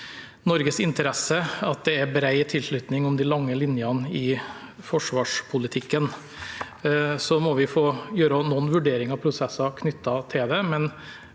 Norges interesse at det er bred tilslutning til de lange linjene i forsvarspolitikken. Vi må få gjøre noen vurderinger av prosessen knyttet til det,